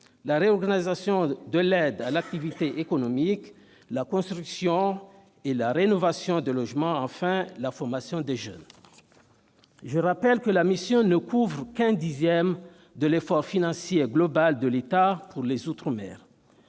la réorganisation de l'aide à l'activité économique, la construction et la rénovation de logements et, enfin, la formation des jeunes. Je rappelle que la mission ne couvre qu'un dixième de l'effort financier global de l'État pour les outre-mer.